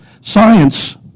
science